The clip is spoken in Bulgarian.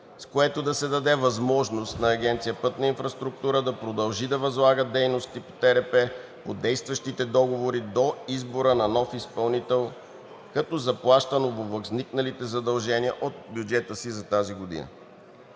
с което да се даде възможност на Агенция „Пътна инфраструктура“ да продължи да възлага дейности по ТРП по действащите договори до избора на нов изпълнител, като заплаща възникналите задължения от бюджета си за тази година.